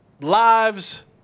lives